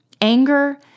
anger